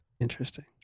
Interesting